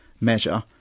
measure